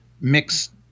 mixed